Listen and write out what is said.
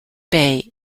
bay